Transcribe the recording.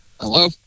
Hello